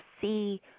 see